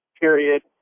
period